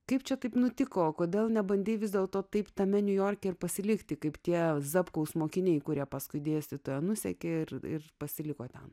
kaip čia taip nutiko kodėl nebandei vis dėlto taip tame niujorke ir pasilikti kaip tie zapkų mokiniai kurie paskui dėstytojo nusekė ir ir pasiliko ten